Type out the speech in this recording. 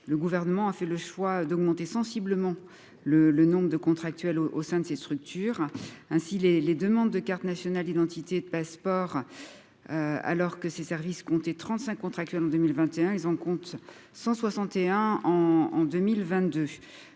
le gouvernement a fait le choix d'augmenter sensiblement le le nombre de contractuels au au sein de ces structures ainsi les les demandes de cartes nationales d'identité de passeport alors que ses services compter 35 contractuels en 2021, ils en compte 100 61 ans,